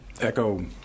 Echo